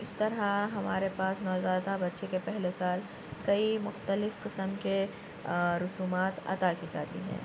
اِس طرح ہمارے پاس نوزائیدہ بچے کے پہلے سال کئی مختلف قسم کے رسومات ادا کی جاتی ہیں